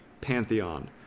pantheon